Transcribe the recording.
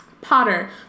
Potter